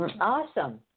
Awesome